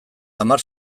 hamar